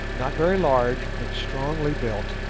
not very large but strongly built,